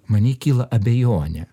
many kyla abejonė